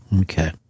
Okay